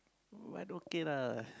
mine okay lah